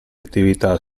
attività